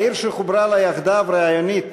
העיר שחוברה לה יחדיו רעיונית,